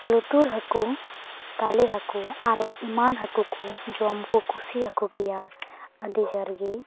ᱞᱩᱛᱩᱨ ᱦᱟᱹᱠᱩ ᱛᱟᱞᱮ ᱦᱟᱹᱠᱩ ᱟᱨᱚ ᱮᱢᱟᱱ ᱦᱟᱹᱠᱩ ᱠᱚ ᱡᱚᱢ ᱠᱚ ᱠᱩᱥᱤᱭᱟᱠᱚ ᱜᱮᱭᱟ ᱟᱹᱰᱤ ᱡᱳᱨ ᱜᱮ